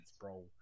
bro